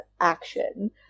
action